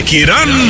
Kiran